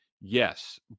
Yes